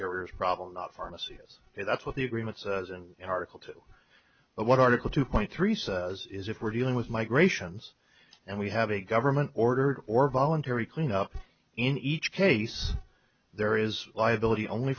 carriers problem not pharmacies if that's what the agreements as an article to but what article two point three says is if we're dealing with migrations and we have a government ordered or voluntary clean up in each case there is liability only